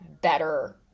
better